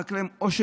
מחכה להם עושר,